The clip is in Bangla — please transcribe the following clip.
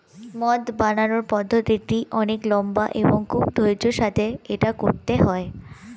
মদ বানানোর পদ্ধতিটি অনেক লম্বা এবং খুব ধৈর্য্যের সাথে এটা করতে হয়